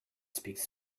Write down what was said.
speaks